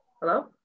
hello